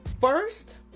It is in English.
first